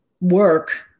work